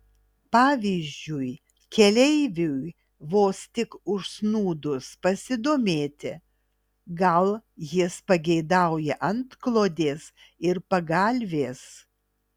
pavyzdžiui keleiviui vos tik užsnūdus pasidomėti gal jis pageidauja antklodės ir pagalvės